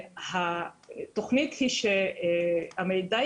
התוכנית היא שהמידע